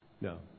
No